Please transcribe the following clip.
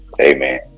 amen